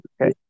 Okay